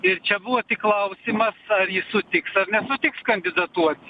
ir čia buvo tik klausimas ar ji sutiks ar nesutiks kandidatuot